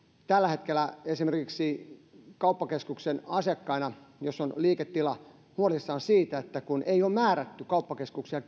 tällä hetkellä esimerkiksi asiakkaina kauppakeskuksessa jossa on liiketila huolissaan siitä että ei ole määrätty kauppakeskuksia